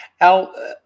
Al